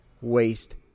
waste